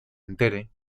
entere